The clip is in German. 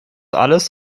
alles